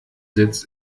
sitz